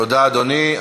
תודה, אדוני.